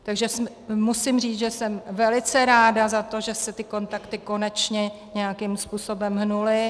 Takže musím říct, že jsem velice ráda za to, že se ty kontakty konečně nějakým způsobem hnuly.